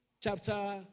Chapter